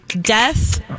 Death